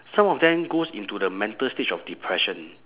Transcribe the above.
some of them goes into the mental stage of depression